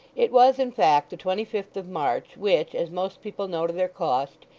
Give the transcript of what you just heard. it was, in fact the twenty-fifth of march, which, as most people know to their cost,